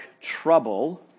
trouble